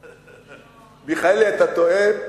מיכאלי, אתה טועה,